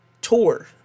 tour